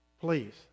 Please